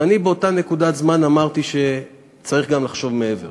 ואני באותה נקודת זמן אמרתי שצריך גם לחשוב מעבר.